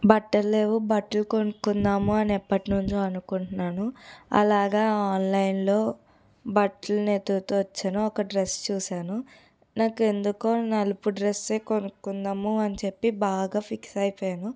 బట్టలు లేవు బట్టలు కొనుక్కుందామని ఎప్పటినుంచో అనుకుంటున్నాను అలాగా ఆన్లైన్లో బట్టలు నెతుకుతూ వచ్చాను ఒక డ్రస్ చూసాను నాకు ఎందుకో నలుపు డ్రస్సే కొనుక్కుందాము అని చెప్పి బాగా ఫిక్స్ అయిపోయాను